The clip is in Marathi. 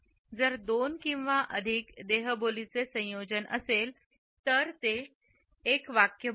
जर दोन किंवा अधिक देहबोलीचे संयोजन असेल तर ते एक वाक्य बनते